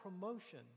promotion